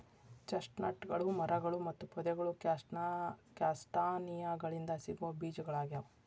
ಚೆಸ್ಟ್ನಟ್ಗಳು ಮರಗಳು ಮತ್ತು ಪೊದೆಗಳು ಕ್ಯಾಸ್ಟಾನಿಯಾಗಳಿಂದ ಸಿಗೋ ಬೇಜಗಳಗ್ಯಾವ